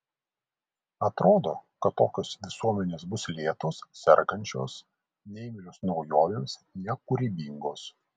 atrodo kad tokios visuomenės bus lėtos sergančios neimlios naujovėms nekūrybingos